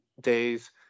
days